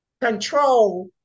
control